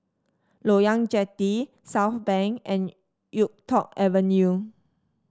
Loyang Jetty Southbank and YuK Tong Avenue